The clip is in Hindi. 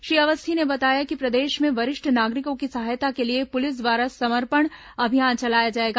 श्री अवस्थी ने बताया कि प्रदेश में वरिष्ठ नागरिकों की सहायता के लिए पुलिस द्वारा समर्पण अभियान चलाया जाएगा